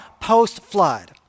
post-flood